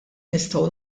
nistgħu